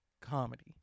comedy